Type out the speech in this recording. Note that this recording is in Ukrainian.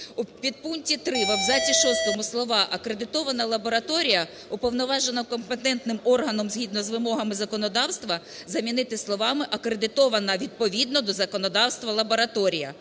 підпункті 3 в абзаці шостому слова "акредитована лабораторія, уповноважена компетентним органом згідно з вимогами законодавства" замінити словами "кредитована відповідно до законодавства лабораторія".